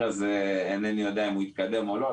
הזה אינני יודע אם הוא התקדם או לא,